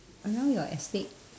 around your estate